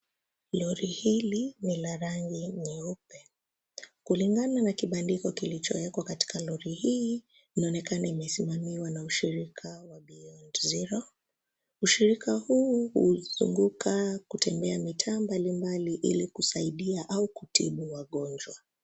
Lori hili ni la rangi nyeupe kulingana na kibandiko kilichowekwa kwa lori hii inaonekana imesimamiwa na ushirika wa beyond zero ushirika huu huzunguka kutembea mitaa mbalimbali ili kusaidia au kutibu wagonjwa.